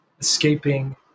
escaping